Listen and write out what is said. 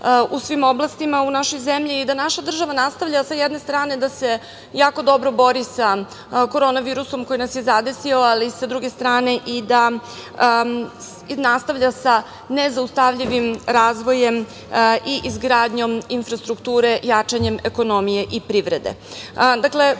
u svim oblastima u našoj zemlji i da naša država nastavlja, sa jedne strane da se jako dobro bori sa korona virusom koji nas je zadesio, ali, sa druge strane i da nastavlja sa nezaustavljivim razvojem i izgradnjom infrastrukture jačanjem ekonomije i privrede. Podsetiću